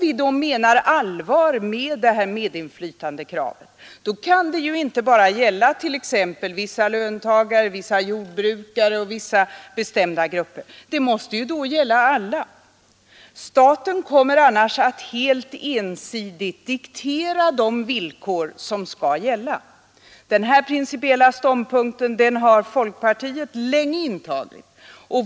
Om man menar allvar med medinflytandekravet kan det inte bara gälla t.ex. vissa löntagare, vissa jordbrukare och vissa bestämda grupper, utan det måste gälla alla. Staten kommer annars att helt ensidigt diktera de villkor som skall gälla. Denna principiella ståndpunkt har folkpartiet länge intagit.